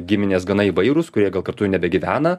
giminės gana įvairūs kurie gal kartu nebegyvena